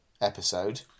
episode